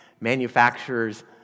manufacturers